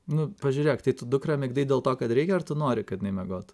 nu pažiūrėk tai tu dukrą migdai dėl to kad reikia ar tu nori kad jinai miegotų